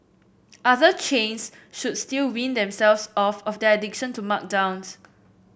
other chains should still wean themselves off of their addiction to markdowns